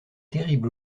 terrible